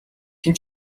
хэн